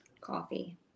Coffee